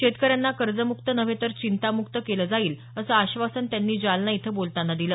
शेतकऱ्यांना कर्जमुक्त नव्हे तर चिंतामुक्त केलं जाईल असं आश्वासन त्यांनी जालना इथ बोलताना दिल